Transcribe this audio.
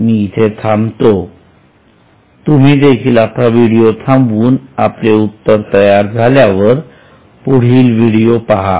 मी इथे थांबतो तुम्ही देखील आत्ता व्हिडिओ थांबवून आपले उत्तर तयार झाल्यावर पुढील व्हिडीओ पहा